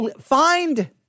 Find